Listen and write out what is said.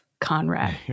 Conrad